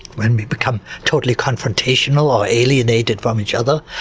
when we become totally confrontational or alienated from each other.